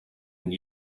and